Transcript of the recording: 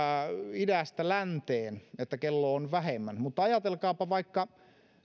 idästä länteen että kello on vähemmän mutta ajatelkaapa vaikka että